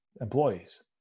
employees